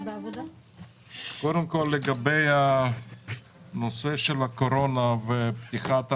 קודם כל, לגבי הנושא של הקורונה ופתיחת המשק,